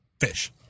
Fish